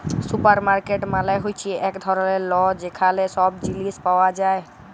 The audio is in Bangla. সুপারমার্কেট মালে হ্যচ্যে এক ধরলের ল যেখালে সব জিলিস পাওয়া যায়